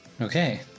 okay